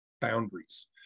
boundaries